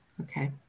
Okay